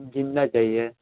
ज़िंदा चाहिए